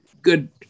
good